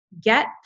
get